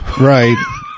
Right